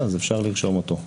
אפשר לרשום אותו.